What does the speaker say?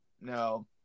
no